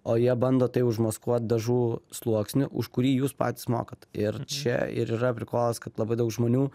o jie bando tai užmaskuot dažų sluoksniu už kurį jūs patys mokat ir čia ir yra prikolas kad labai daug žmonių